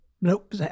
Nope